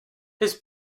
his